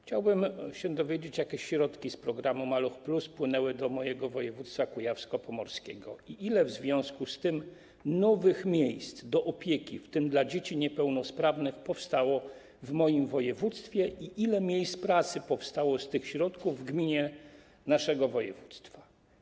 Chciałbym się dowiedzieć, jakie środki z programu „Maluch+” wpłynęły do mojego województwa, kujawsko-pomorskiego, i ile w związku z tym nowych miejsc opieki, w tym dla dzieci niepełnosprawnych, powstało w moim województwie i ile miejsc pracy powstało w ramach tych środków w gminach naszego województwa.